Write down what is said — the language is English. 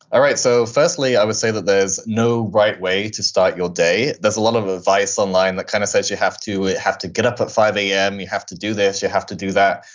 all right. so firstly, i would say that there's no right way to start your day. there's a lot of advice online, that kind of says you have to have to get up at five zero am, you have to do this, you have to do that.